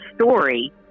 story